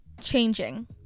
changing